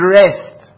rest